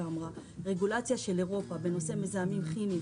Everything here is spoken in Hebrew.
שרגולציה של אירופה בנושא מזהים כימיים,